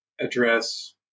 address